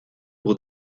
pour